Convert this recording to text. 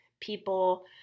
people